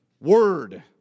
word